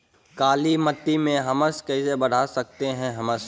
कालीमती में हमस कैसे बढ़ा सकते हैं हमस?